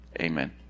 Amen